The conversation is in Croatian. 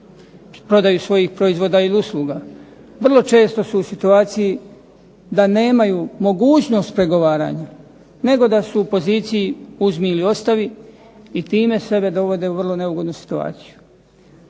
prodaju svojih proizvoda ili usluga vrlo često su u situaciji da nemaju mogućnost pregovaranja nego da su u poziciji uzmi ili ostavi i time sebe dovode u vrlo neugodnu situaciju.